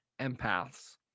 Empaths